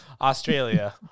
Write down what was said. Australia